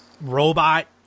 robot